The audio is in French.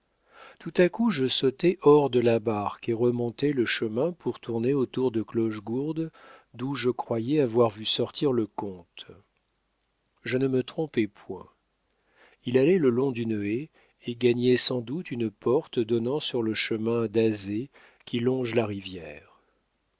tout à coup je sautai hors de la barque et remontai le chemin pour tourner autour de clochegourde d'où je croyais avoir vu sortir le comte je ne me trompais point il allait le long d'une haie et gagnait sans doute une porte donnant sur le chemin d'azay qui longe la rivière